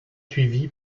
suivi